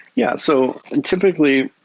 yeah. so and typically,